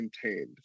contained